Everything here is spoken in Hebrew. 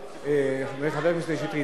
סליחה, חבר הכנסת מאיר שטרית.